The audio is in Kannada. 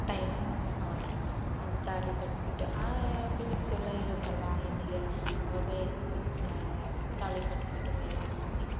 ಟೈಮ್ ಆವಾಗ ಅದು ತಾಳಿ ಕಟ್ಬಿಟ್ಟು ಆ ಫೀಲಿಂಗ್ಸ್ ಎಲ್ಲ ಇರುತ್ತೆಲ್ಲ ಹೆಣ್ಣಿಗೆ ಆವಾಗ ಎನು ತಾಳಿ ಕಟ್ಬಿಟ್ಟು ಎಲ್ಲ ಮಾಡಿ